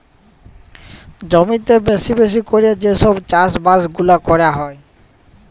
জমিতে বেশি বেশি ক্যরে যে সব চাষ বাস গুলা ক্যরা হ্যয়